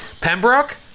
Pembroke